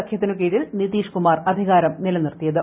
സഖ്യത്തിനു കീഴിൽ നിതീഷ് കുമാർ അധികാരം നിലനിർത്തിയത്